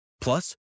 Plus